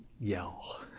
yell